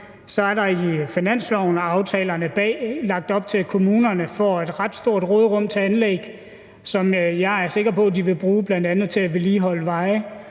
at der i finansloven og aftalerne bag er lagt op til, at kommunerne får et ret stort råderum til anlæg, som jeg er sikker på at de vil bruge bl.a. til at vedligeholde veje,